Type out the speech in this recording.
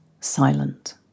silent